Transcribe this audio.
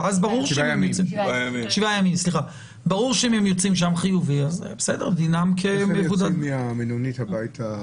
איך הם מגיעים מהמלונית הביתה?